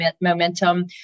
momentum